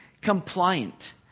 compliant